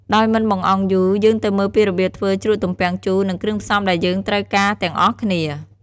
ដោយមិនបង្អង់យូរ យើងទៅមើលពីរបៀបធ្វើជ្រក់ទំពាំងជូរ និងគ្រឿងផ្សំដែលយើងត្រូវការទាំងអស់គ្នា។